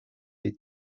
les